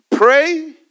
Pray